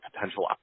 potential